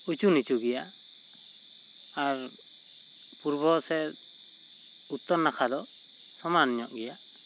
ᱩᱸᱪᱩ ᱱᱤᱪᱩ ᱜᱮᱭᱟ ᱟᱨ ᱯᱩᱨᱵᱚ ᱥᱮᱫ ᱩᱛᱛᱚᱨ ᱱᱟᱠᱷᱟ ᱫᱚ ᱥᱚᱢᱟᱱ ᱧᱚᱜ ᱜᱮᱭᱟ